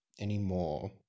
anymore